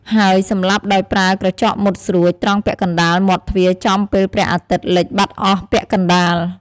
ហើយសម្លាប់ដោយប្រើក្រចកមុតស្រួច ត្រង់ពាក់កណ្តាលមាត់ទ្វារចំពេលព្រះអាទិត្យលិចបាត់អស់ពាក់កណ្តាល។